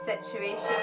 situation